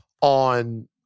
on